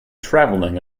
travelling